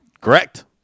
Correct